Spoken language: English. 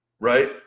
right